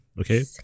okay